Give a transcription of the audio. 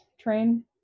train